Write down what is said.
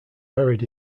buried